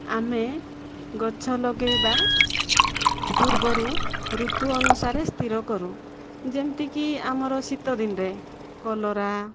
ଆମେ ଗଛ ଲଗେଇବା ପୂର୍ବରୁ ଋତୁ ଅନୁସାରେ ସ୍ଥିର କରୁ ଯେମିତିକି ଆମର ଶୀତ ଦିନରେ କଲରା